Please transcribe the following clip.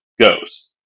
goes